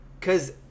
Cause